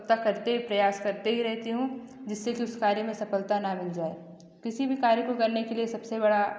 तब तक करते प्रयास करते ही रहती हूँ जिससे कि उस कार्य में सफलता ना मिल जाए किसी भी कार्य को करने के लिए सब से बड़ा